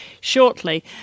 shortly